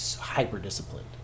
hyper-disciplined